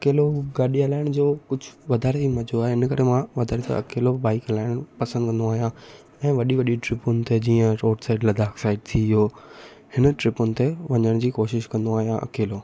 अकेलो गाॾी हलाइण जो कुझु वाधारे ई मज़ो आहे इन करे मां वाधारे त अकेलो बाइक हलाइण पसंदि कंदो आहियां ऐं वॾी वॾी ट्रिपुनि ते जीअं रोड साइड लद्दाख साइड थी वियो हिन ट्रिपुनि ते वञण जी कोशिशि कंदो आहियां अकेलो